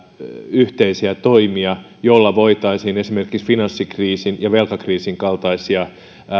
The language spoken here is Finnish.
yhteisiä toimia joilla voitaisiin esimerkiksi finanssikriisin ja velkakriisin kaltaisia